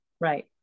right